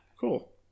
Cool